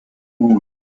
moon